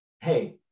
hey